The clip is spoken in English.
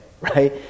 right